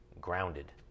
grounded